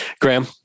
Graham